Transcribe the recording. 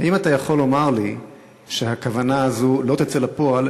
האם אתה יכול לומר לי שהכוונה הזאת לא תצא לפועל